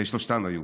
שלושתם היו.